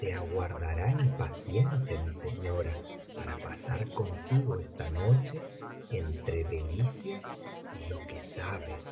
te aguardará impaciente mi señora para pasar contigo esta noche entre delicias y lo que sabes